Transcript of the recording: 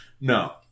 no